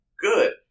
good